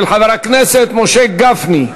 לדיון מוקדם בוועדת העבודה,